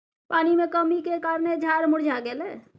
पानी के कमी केर कारणेँ झाड़ मुरझा गेलै